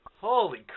Holy